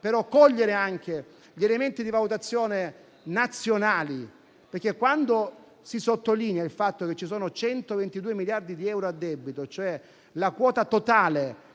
però anche gli elementi di valutazione nazionali. Si sottolinea il fatto che ci sono 122 miliardi di euro a debito, cioè la quota totale